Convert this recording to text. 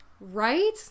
Right